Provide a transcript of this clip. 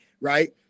Right